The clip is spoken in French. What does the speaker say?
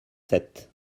sept